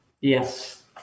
yes